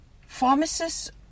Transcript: Pharmacists